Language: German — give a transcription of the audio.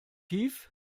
tief